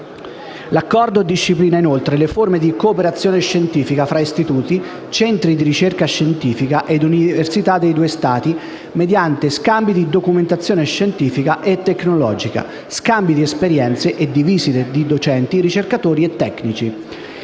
L'Accordo disciplina, inoltre, le forme di cooperazione scientifica fra istituti, centri di ricerca scientifica e università dei due Stati mediante scambi di documentazione scientifica e tecnologica, scambi di esperienze e di visite di docenti, ricercatori e tecnici.